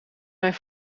mijn